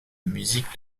musique